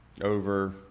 over